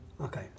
Okay